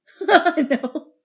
No